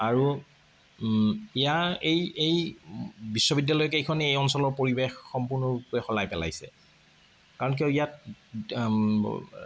আৰু ইয়াৰ এই এই বিশ্ববিদ্যালয় কেইখনে এই অঞ্চলৰ পৰিৱেশ সম্পূৰ্ণভাৱে সলাই পেলাইছে কাৰণ কিয় ইয়াত